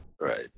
Right